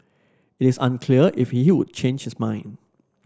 it is unclear if you changes mind